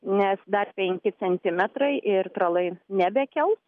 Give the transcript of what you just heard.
nes dar penki centimetrai ir tralai nebekels